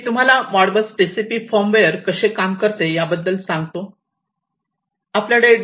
मी तुम्हाला Modbus TCP firmware कसे काम करते याबद्दल सांगतो